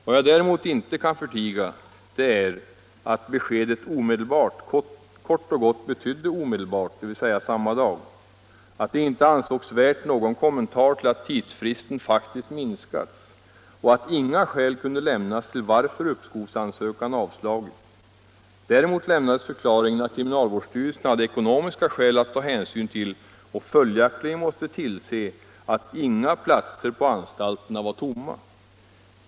Vad jag däremot inte kan förtiga är att föreläggandet om inställelse omedelbart kort och gott betydde samma dag, att det inte ansågs vara värt någon kommentar att tidsfristen faktiskt minskats och att inga skäl kunde lämnas till att uppskovsansökan avslagits. Däremot lämnades förklaringen att kriminalvårdsstyrelsen hade ekonomiska skäl och måste tillse att inga platser på anstalterna står tomma.